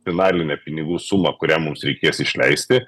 finalinę pinigų sumą kurią mums reikės išleisti